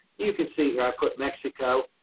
you can see where i put mexico.